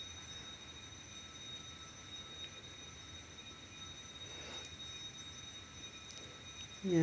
ya